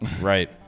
right